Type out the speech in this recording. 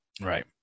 Right